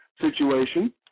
situation